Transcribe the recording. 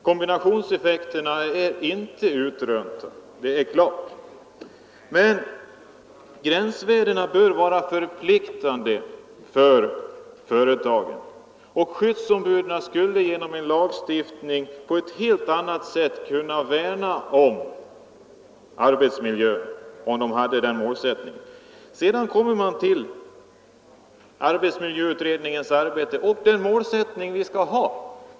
Kom binationseffekterna är i dag inte utrönta, men gränsvärdena bör vara förpliktande för företagen, och skyddsombuden skulle på ett helt annat sätt kunna värna om arbetsmiljön, om det fanns en lagstiftning att hänvisa till. Sedan kommer jag till arbetsmiljöutredningens arbete och frågan om vilken målsättning vi skall ha.